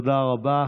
תודה רבה.